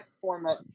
format